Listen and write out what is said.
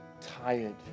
tired